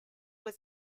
was